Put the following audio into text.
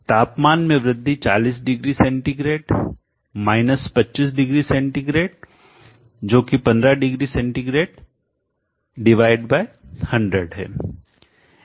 तापमान में वृद्धि 40 डिग्री सेंटीग्रेड 25 डिग्री सेंटीग्रेड जो कि 15 डिग्री सेंटीग्रेड डिवाइड बाय 100 है